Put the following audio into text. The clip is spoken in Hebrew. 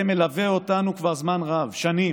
הזה מלווה אותנו כבר זמן רב, שנים,